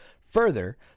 further